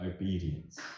obedience